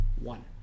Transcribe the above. One